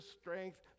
strength